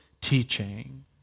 teaching